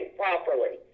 properly